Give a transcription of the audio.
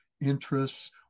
interests